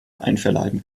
einverleiben